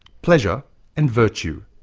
pleasure and virtue.